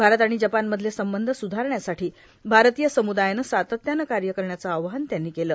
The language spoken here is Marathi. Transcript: भारत आणि जपानमधले संबंध सुधारण्यासाठी भारतीय समूदायाने सातत्याने कार्य करण्याचे आवाहन त्यांनी केले